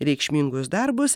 reikšmingus darbus